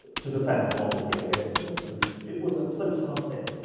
to defend the monarchy against the revolution. it was a close-run thing.